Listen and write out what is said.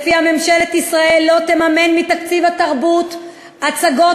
שלפיה ממשלת ישראל לא תממן מתקציב התרבות הצגות